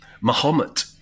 Muhammad